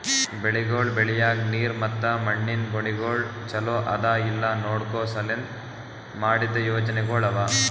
ಬೆಳಿಗೊಳ್ ಬೆಳಿಯಾಗ್ ನೀರ್ ಮತ್ತ ಮಣ್ಣಿಂದ್ ಗುಣಗೊಳ್ ಛಲೋ ಅದಾ ಇಲ್ಲಾ ನೋಡ್ಕೋ ಸಲೆಂದ್ ಮಾಡಿದ್ದ ಯೋಜನೆಗೊಳ್ ಅವಾ